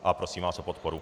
A prosím vás o podporu.